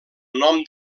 nom